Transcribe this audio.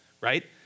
right